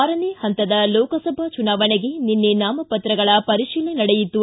ಆರನೇ ಪಂತದ ಲೋಕಸಭಾ ಚುನಾವಣೆಗೆ ನಿನ್ನೆ ನಾಮಪತ್ರಗಳ ಪರಿಶೀಲನೆ ನಡೆಯಿತು